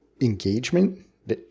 engagement